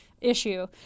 issue